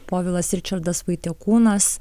povilas ričardas vaitekūnas